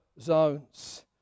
zones